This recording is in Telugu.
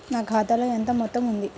నా ఖాతాలో ఎంత మొత్తం ఉంది?